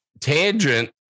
tangent